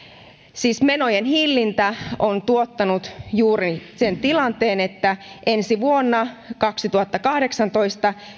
siis menojen hillintä on tuottanut juuri sen tilanteen että ensi vuonna kaksituhattakahdeksantoista